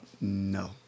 No